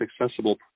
accessible